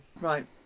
Right